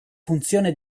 funzione